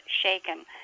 shaken